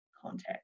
context